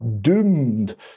doomed